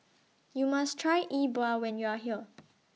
YOU must Try E Bua when YOU Are here